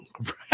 Right